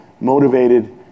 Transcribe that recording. motivated